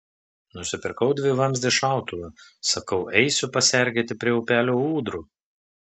nusipirkau dvivamzdį šautuvą sakau eisiu pasergėti prie upelio ūdrų